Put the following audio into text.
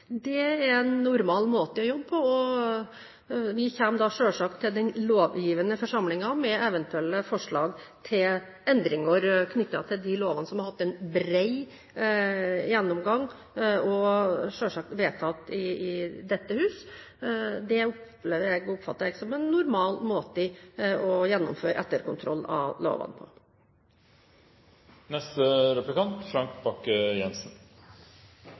Det er en normal måte å jobbe på, og vi kommer selvsagt til den lovgivende forsamlingen med eventuelle forslag til endringer knyttet til de lovene som har hatt en bred gjennomgang og selvsagt er vedtatt i dette hus. Det opplever jeg og oppfatter jeg som en normal måte å gjennomføre etterkontroll av lovene